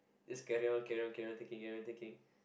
just carry on carry on carry on taking carry on taking